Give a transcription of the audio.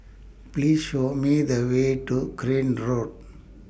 Please Show Me The Way to Crane Road